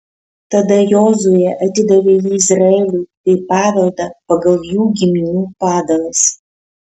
tada jozuė atidavė jį izraeliui kaip paveldą pagal jų giminių padalas